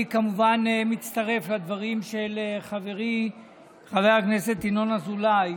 אני כמובן מצטרף לדברים של חברי חבר הכנסת ינון אזולאי.